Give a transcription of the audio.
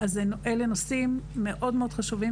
אלה נושאים חשובים מאוד.